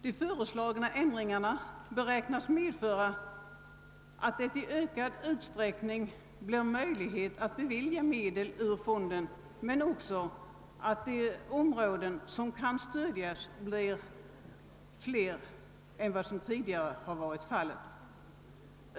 De föreslagna ändringarna beräknas medföra att det i ökad utsträckning blir möjligt att bevilja medel ur fonden men också att de områden som kan stödjas blir fler än tidigare.